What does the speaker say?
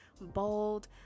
bold